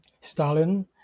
Stalin